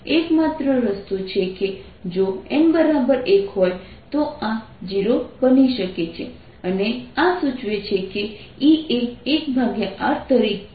એકમાત્ર રસ્તો છે કે જો n 1 હોય તો આ 0 બની શકે છે અને આ સૂચવે છે કે E એ 1r તરીકે જવું જોઈએ